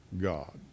God